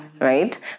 right